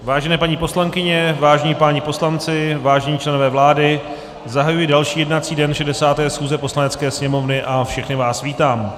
Vážené paní poslankyně, vážení páni poslanci, vážení členové vlády, zahajuji další jednací den 60. schůze Poslanecké sněmovny a všechny vás vítám.